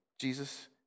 Jesus